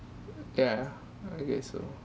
uh yeah I guess so